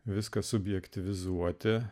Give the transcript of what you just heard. viskas objektyvizuoti